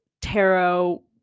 tarot